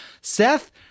Seth